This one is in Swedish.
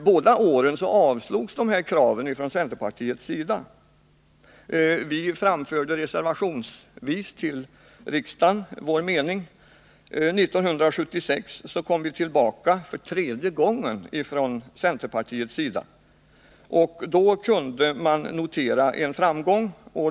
Båda åren avslogs dessa centermotioner. Vi framförde vår mening till riksdagen reservationsvis. 1976 kom vi från centerns sida tillbaka för tredje gången, och då kunde vi notera en framgång.